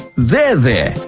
there there,